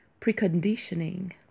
preconditioning